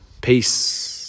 Peace